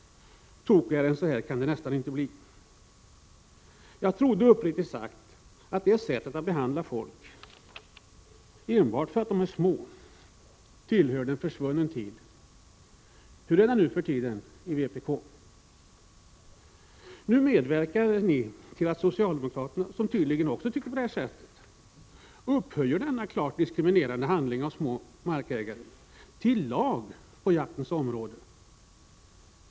Tokigare än så kan det nästan inte bli. Jag trodde uppriktigt sagt att det sättet att behandla folk enbart därför att de är små tillhörde en svunnen tid. Hur är det nu för tiden i vpk? Ni medverkar nu till att socialdemokraterna, som tydligen också tycker på detta sätt, upphöjer denna klart diskriminerande handling gentemot små markägare till lag på jaktens område.